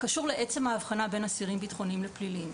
קשור לעצם ההבחנה בין אסירים בטחוניים לפליליים.